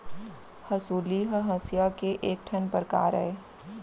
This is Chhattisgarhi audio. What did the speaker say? हँसुली ह हँसिया के एक ठन परकार अय